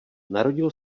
narodil